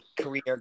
career